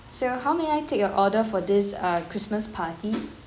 so how may I take your order for this uh christmas party